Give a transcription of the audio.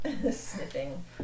Sniffing